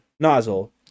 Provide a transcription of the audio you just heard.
nozzle